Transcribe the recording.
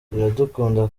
iradukunda